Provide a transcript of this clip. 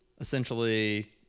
essentially